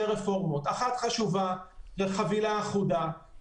רפורמות כאשר האחת חשובה וחבילה אחודה,